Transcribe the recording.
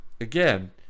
again